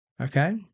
Okay